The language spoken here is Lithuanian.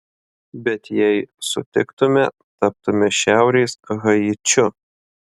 bet jei sutiktume taptume šiaurės haičiu